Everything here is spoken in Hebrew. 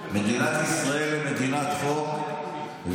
היא מדינת חוק,